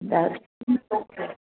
दा